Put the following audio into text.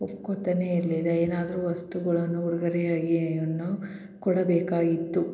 ಒಪ್ಕೊಳ್ತನೇ ಇರಲಿಲ್ಲ ಏನಾದ್ರೂ ವಸ್ತುಗಳನ್ನು ಉಡ್ಗೊರೆಯಾಗಿಯನ್ನು ಕೊಡಬೇಕಾಗಿತ್ತು